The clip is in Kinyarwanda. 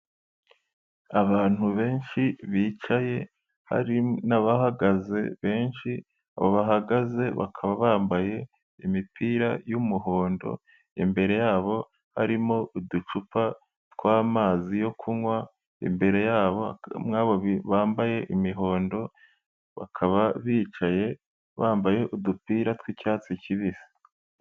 Abantu benshi bicaye hari n'abahagaze benshi bahagaze bakaba bambaye imipira y'umuhondo imbere yabo harimo uducupa twamazi yo kunywa imbere yabo, bambaye imihondo bakaba bicaye bambaye udupira twicyatsi kibisi.